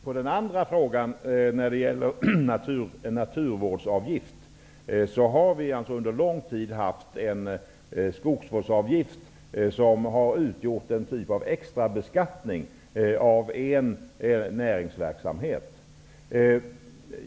När det gäller frågan om naturvårdsavgift kan jag säga att vi under lång tid har haft en skogsvårdsavgift som har utgjort en typ av extrabeskattning av en näringsverksamhet.